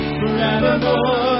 Forevermore